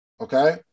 Okay